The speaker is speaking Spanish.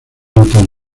natal